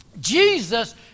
Jesus